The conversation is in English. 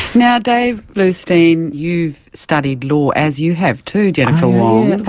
now, dave bloustien, you've studied law as you have too, jennifer wong.